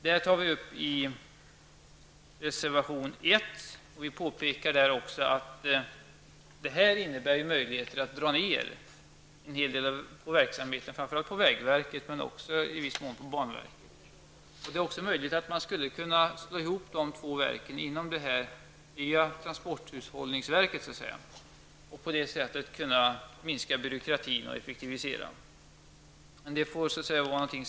Vi tar upp detta i reservation 1, och vi påpekar också där att detta innebär möjligheter att dra ner en hel del på verksamheten, framför allt inom vägverket men även i viss mån inom banverket. Man skulle också kunna slå ihop de två verken inom ramen för det nya ”transporthushållningsverket”. På det sättet skulle man kunna minska byråkratin och effektivisera verksamheten.